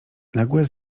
nagłe